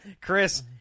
Chris